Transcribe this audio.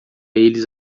eles